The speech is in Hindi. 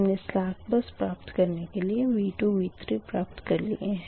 हमने सलेक बस प्राप्त करने के लिए V2 V3 प्राप्त कर लिए है